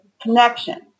connection